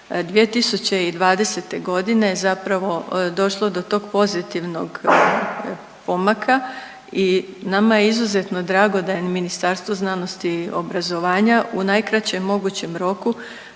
2020.g. zapravo došlo do tog pozitivnog pomaka i nama je izuzetno drago da je Ministarstvo znanosti i obrazovanja u najkraćem mogućem roku